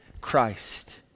Christ